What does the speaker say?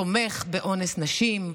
תומך באונס נשים,